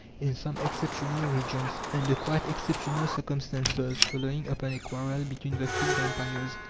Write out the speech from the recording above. in some exceptional regions, under quite exceptional circumstances, following upon a quarrel between the three vampires.